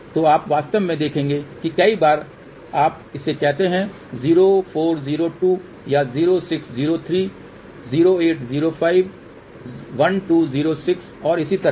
तो आप वास्तव में देखेंगे कि कई बार आप इसे कहते हैं 0402 या 0603 0805 1206 और इसी तरह